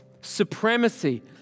supremacy